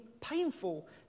painful